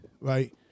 right